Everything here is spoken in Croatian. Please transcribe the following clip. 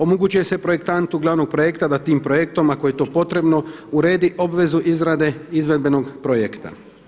Omogućuje se projektantu glavnog projekta da tim projektom ako je to potrebno uredi obvezu izrade izvedbenog projekta.